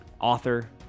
author